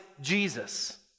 Jesus